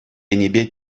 енӗпе